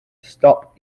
stop